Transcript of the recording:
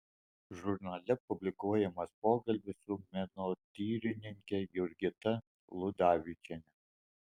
žurnale publikuojamas pokalbis su menotyrininke jurgita ludavičiene